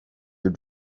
your